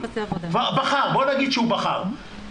בוא נגיד שהוא בחר.